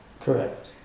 Correct